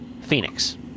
Phoenix